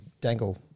Dangle